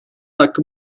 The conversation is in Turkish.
hakkı